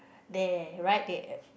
there right there